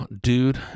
dude